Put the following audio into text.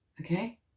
okay